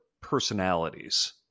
personalities